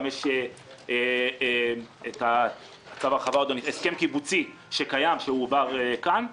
גם יש הסכם קיבוצי שקיים והועבר כאן.